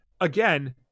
again